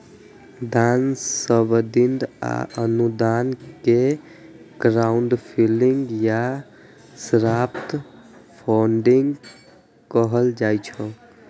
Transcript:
दान, सब्सिडी आ अनुदान कें क्राउडफंडिंग या सॉफ्ट फंडिग कहल जाइ छै